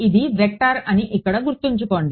ఇది వెక్టర్ అని ఇక్కడ గుర్తుంచుకోండి